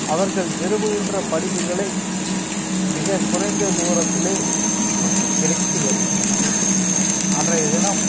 அவர்கள் விரும்புகின்ற படிப்புகளை மிக குறைந்த தூரத்திலே கிடைத்து வருகின்றன அன்றைய தினம்